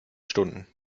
stunden